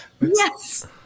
Yes